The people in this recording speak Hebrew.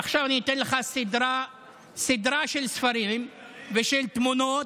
עכשיו אני אתן לך סדרה של ספרים ושל תמונות.